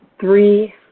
three